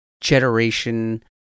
generation